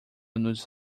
nos